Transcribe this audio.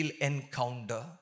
encounter